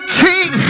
king